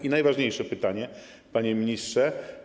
I najważniejsze pytanie, panie ministrze.